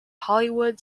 hollywood